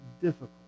difficult